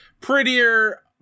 prettier